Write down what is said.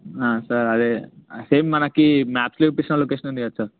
sir అదే same మనకి మ్యాప్స్లో చూపించిన లొకేషన్ ఉంది కద సార్